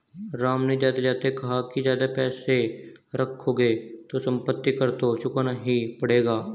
राम ने जाते जाते कहा कि ज्यादा पैसे रखोगे तो सम्पत्ति कर तो चुकाना ही पड़ेगा